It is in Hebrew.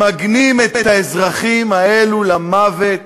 ממגנים את האזרחים האלו למוות?